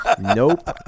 Nope